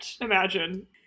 imagine